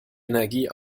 energie